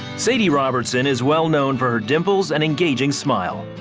sadie robertson is well-known for her dimples and engaging smile.